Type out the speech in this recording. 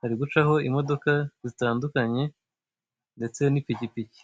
hari gucaho imodoka zitandukanye ndetse n'ipikipiki.